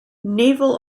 naval